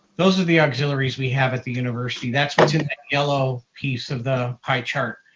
those are the auxiliaries we have at the university. that's what's in yellow piece of the pie chart.